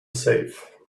safe